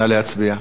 נא להצביע.